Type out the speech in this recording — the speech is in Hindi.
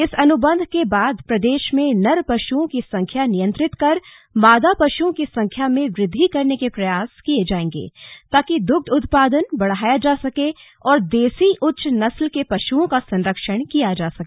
इस अनुबंध के बाद प्रदेश में नर पशुओं की संख्या नियंत्रित कर मादा पशुओं की संख्या में वृद्धि करने के प्रयास किए जांएगे ताकि दुग्ध उत्पादन बढ़ाया जा सके और दसी उच्च नस्ल के पशुओं का संरक्षण किया जा सके